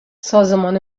سازمان